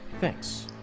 Thanks